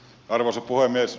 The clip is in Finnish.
arvoisa puhemies